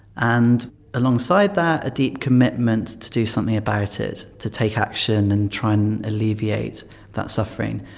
and alongside that, a deep commitment to do something about it, to take action and try and alleviate that suffering.